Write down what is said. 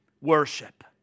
worship